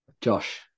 Josh